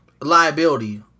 liability